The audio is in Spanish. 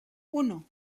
uno